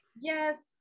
yes